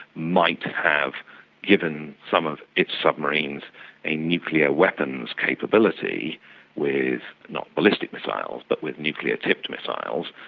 might have given some of its submarines a nuclear weapons capability with not ballistic missiles but with nuclear tipped missiles.